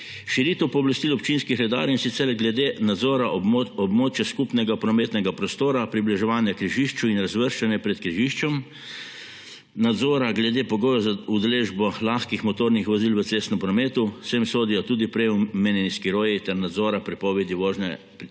širitev pooblastil občinskih redarjev, in sicer glede nadzora območja skupnega prometnega prostora, približevanja križišču in razvrščanja pred križiščem, nadzora glede pogoja za udeležbo lahkih motornih vozil v cestnem prometu, sem sodijo tudi prej omenjeni skiroji, ter nadzora prepovedi vožnje